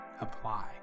apply